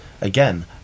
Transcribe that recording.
again